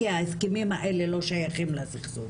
כי ההסכמים האלה לא שייכים לסכסוך.